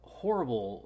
horrible